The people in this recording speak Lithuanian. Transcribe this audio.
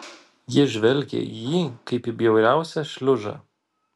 ji žvelgė į jį kaip į bjauriausią šliužą